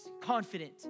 Confident